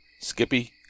Skippy